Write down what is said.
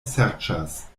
serĉas